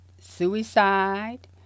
suicide